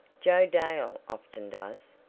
joe dale often does.